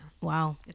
Wow